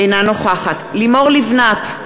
אינה נוכחת לימור לבנת,